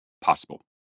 possible